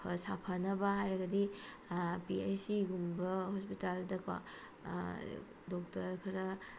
ꯁꯥꯐꯅꯕ ꯍꯥꯏꯔꯒꯗꯤ ꯄꯤ ꯑꯩꯁ ꯁꯤꯒꯨꯝꯕ ꯍꯣꯁꯄꯤꯇꯥꯜꯗ ꯀꯣ ꯗꯣꯛꯇꯔ ꯈꯔ